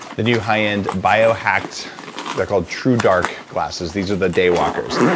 the new high end biohacked they're called true dark glasses. these are the daywalkers.